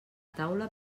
taula